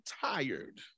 tired